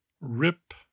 Rip